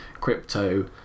crypto